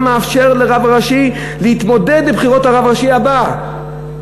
המאפשר לרב ראשי להתמודד לבחירות הרב הראשי הבא".